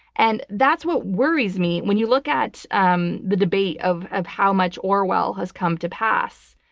and that's what worries me. when you look at um the debate of of how much orwell has come to pass,